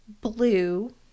blue